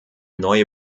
neue